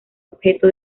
objeto